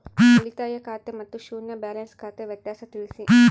ಉಳಿತಾಯ ಖಾತೆ ಮತ್ತೆ ಶೂನ್ಯ ಬ್ಯಾಲೆನ್ಸ್ ಖಾತೆ ವ್ಯತ್ಯಾಸ ತಿಳಿಸಿ?